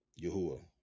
Yahuwah